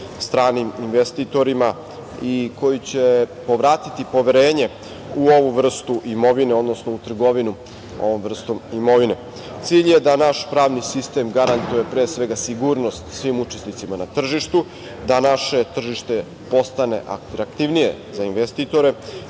stranim investitorima i koji će povratiti poverenje u ovu vrstu imovine, odnosno u trgovinu ovom vrstom imovine. Cilj je da naš pravni sistem garantuje pre svega sigurnost svim učesnicima na tržištu, da naše tržište postane atraktivnije za investitore,